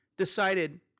decided